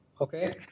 Okay